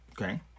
Okay